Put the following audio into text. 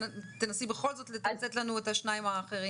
תנסי בכל זאת לתת לנו את שני השקפים.